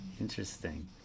interesting